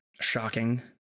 shocking